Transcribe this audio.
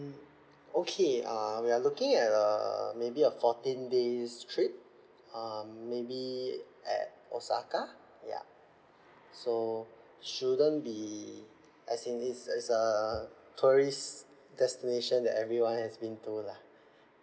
okay uh we are looking at uh maybe a fourteen days trip um maybe at osaka ya so shouldn't be as in is is a tourist destination that everyone has been to lah